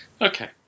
Okay